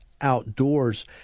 Outdoors